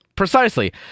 Precisely